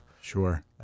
Sure